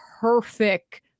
perfect